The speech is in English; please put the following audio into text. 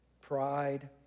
pride